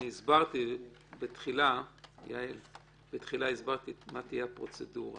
אני הסברתי בתחילה מה תהיה הפרוצדורה.